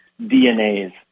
DNAs